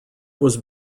was